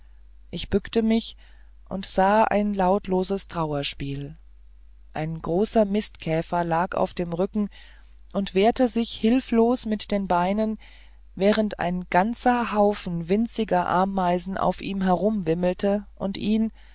ich bückte mich und sah ein lautloses trauerspiel ein großer mistkäfer lag auf dem rücken und wehrte sich hilflos mit den beinen während ein ganzer haufen winziger ameisen auf ihm herumwimmelten und ihn